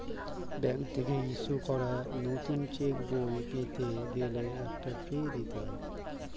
bank থেকে issue করা নতুন চেকবই পেতে গেলে একটা ফি দিতে হয়